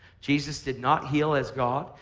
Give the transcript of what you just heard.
jesus did not heal as god.